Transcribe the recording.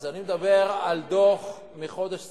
אז אני מדבר על דוח מחודש ספטמבר,